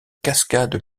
cascade